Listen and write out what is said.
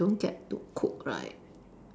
you don't get to cook right